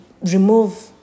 remove